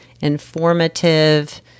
informative